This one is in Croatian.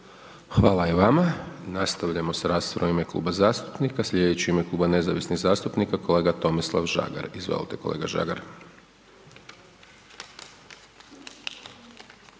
Hvala i vama. Nastavljamo sa raspravom u ime kluba zastupnika, slijedeći u ime Kluba nezavisnih zastupnika, kolega Tomislav Žagar. Izvolite, kolega Žagar.